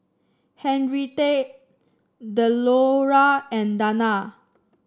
Henrietta Delora and Dana